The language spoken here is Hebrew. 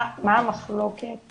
מה המחלוקת